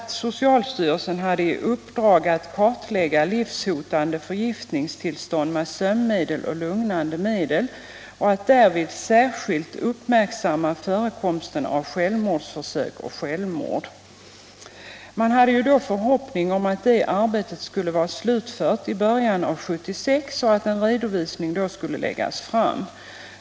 Man hade då förhoppningen att detta arbete skulle vara slutfört i början av 1976 och att en redovisning då skulle läggas fram.